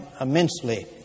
immensely